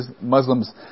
Muslims